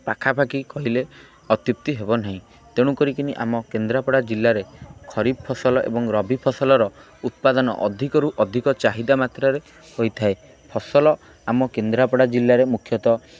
ପାଖାପାଖି କହିଲେ ଅତ୍ୟୁକ୍ତି ହେବ ନାହିଁ ତେଣୁ କରିକିନି ଆମ କେନ୍ଦ୍ରାପଡ଼ା ଜିଲ୍ଲାରେ ଖରିଫ୍ ଫସଲ ଏବଂ ରବି ଫସଲର ଉତ୍ପାଦନ ଅଧିକରୁ ଅଧିକ ଚାହିଦା ମାତ୍ରାରେ ହୋଇଥାଏ ଫସଲ ଆମ କେନ୍ଦ୍ରାପଡ଼ା ଜିଲ୍ଲାରେ ମୁଖ୍ୟତଃ